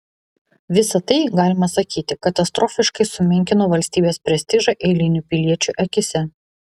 visa tai galima sakyti katastrofiškai sumenkino valstybės prestižą eilinių piliečių akyse